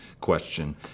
question